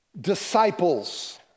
disciples